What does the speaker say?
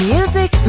Music